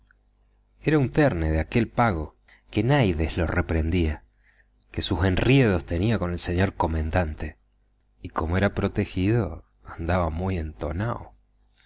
era un terne de aquel pago que naides lo reprendía que sus enriedos tenía con el señor comendante y como era protegido andaba muy entonao